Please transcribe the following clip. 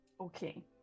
Okay